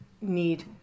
need